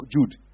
Jude